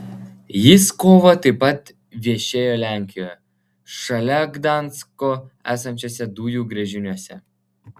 jis kovą taip pat viešėjo lenkijoje šalia gdansko esančiuose dujų gręžiniuose